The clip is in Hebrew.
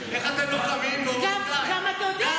איך אתם לא קמים ואומרים: די,